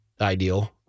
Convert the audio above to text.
ideal